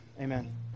amen